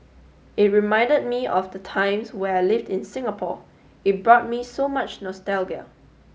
it reminded me of the times where I lived in Singapore it brought me so much nostalgia